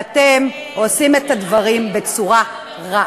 ואתם עושים את הדברים בצורה רעה.